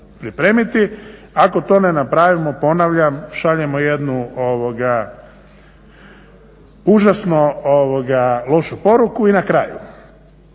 pripremiti. Ako to ne napravimo ponavljam šaljemo jednu užasno lošu poruku. I na kraju,